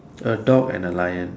a dog and a lion